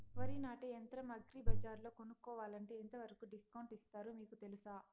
వరి నాటే యంత్రం అగ్రి బజార్లో కొనుక్కోవాలంటే ఎంతవరకు డిస్కౌంట్ ఇస్తారు మీకు తెలుసా?